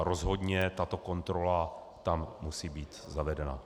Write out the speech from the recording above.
Rozhodně tato kontrola tam musí být zavedena.